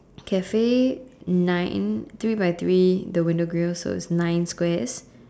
Cafe nine three by three the window grills so it's nine squares